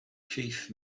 chief